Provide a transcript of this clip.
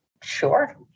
Sure